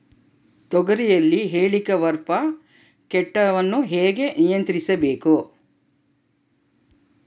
ತೋಗರಿಯಲ್ಲಿ ಹೇಲಿಕವರ್ಪ ಕೇಟವನ್ನು ಹೇಗೆ ನಿಯಂತ್ರಿಸಬೇಕು?